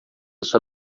sua